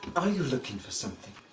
are you looking for something?